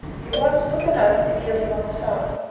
he once took an oath to kill him on sight,